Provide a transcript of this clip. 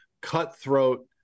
Cutthroat